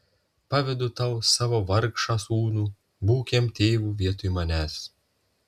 pavedu tau savo vargšą sūnų būk jam tėvu vietoj manęs